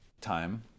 time